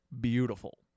beautiful